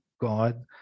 God